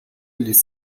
ließ